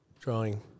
drawing